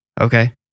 Okay